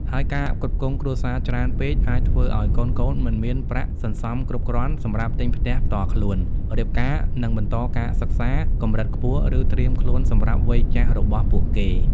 ហើយការផ្គត់ផ្គង់គ្រួសារច្រើនពេកអាចធ្វើឱ្យកូនៗមិនមានប្រាក់សន្សំគ្រប់គ្រាន់សម្រាប់ទិញផ្ទះផ្ទាល់ខ្លួន រៀបការ និងបន្តការសិក្សាកម្រិតខ្ពស់ ឬត្រៀមខ្លួនសម្រាប់វ័យចាស់របស់ពួកគេ។